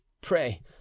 pray